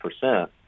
percent